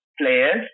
players